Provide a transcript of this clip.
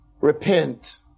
Repent